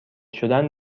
شدن